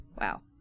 wow